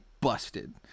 busted